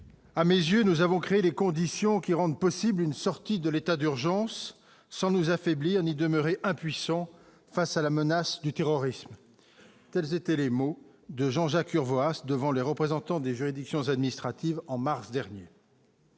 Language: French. à mes yeux, nous avons créé les conditions qui rendent possible une sortie de l'état d'urgence sans nous affaiblir ni demeurer impuissants face à la menace du terrorisme, tels étaient les mots de Jean-Jacques Urvoas devant les représentants des juridictions administratives en mars dernier.